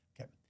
Okay